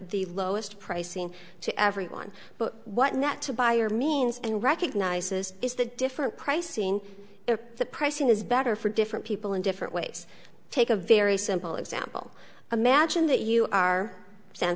the lowest pricing to everyone but what net to buyer means and recognizes is the different pricing the pricing is better for different people in different ways take a very simple example imagine that you are san